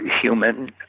human